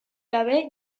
gabe